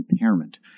impairment